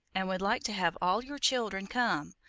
and would like to have all your children come.